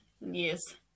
yes